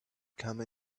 come